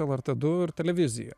lrt du ir televizija